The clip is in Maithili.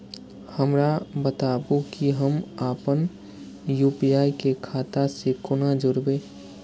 हमरा बताबु की हम आपन यू.पी.आई के खाता से कोना जोरबै?